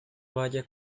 baya